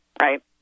right